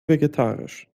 vegetarisch